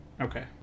Okay